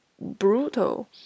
brutal